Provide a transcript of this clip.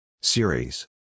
Series